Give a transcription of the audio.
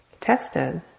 tested